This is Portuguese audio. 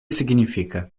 significa